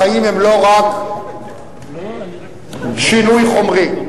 החיים הם לא רק שינוי חומרי,